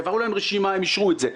העברנו להם רשימה והם אישרו את זה.